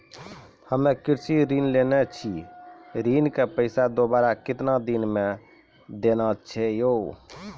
हम्मे कृषि ऋण लेने छी ऋण के पैसा दोबारा कितना दिन मे देना छै यो?